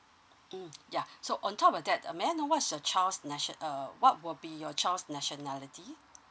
mm yeah so on top of that uh may I know what's the child's national uh what will be your child's nationality